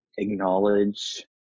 Acknowledge